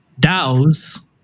DAOs